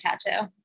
tattoo